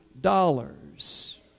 dollars